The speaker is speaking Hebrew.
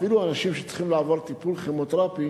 אפילו אנשים שצריכים לעבור טיפול כימותרפי